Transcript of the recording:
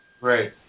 Great